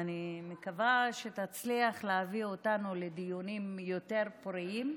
אני מקווה שתצליח להביא אותנו לדיונים יותר פוריים,